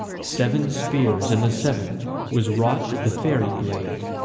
seven spears, and the seventh was wrought as the faerie blades,